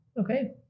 Okay